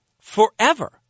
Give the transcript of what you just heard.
forever